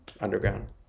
underground